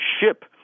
ship